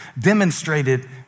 demonstrated